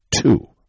Two